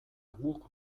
guk